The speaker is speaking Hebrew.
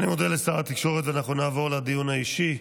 אני מודה לשר התקשורת, ואנחנו נעבור לדיון האישי.